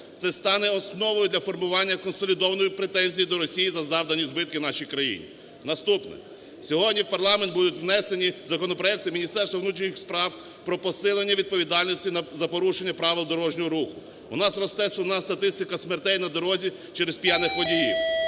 Це стане основою для формування консолідованої претензії до Росії за завдані збитки нашій країні. Наступне. Сьогодні в парламент будуть внесені законопроекти Міністерства внутрішніх справ про посилення відповідальності за порушення правил дорожнього руху. У нас росте сумна статистика смертей на дорозі через п'яних водіїв.